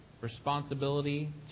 responsibility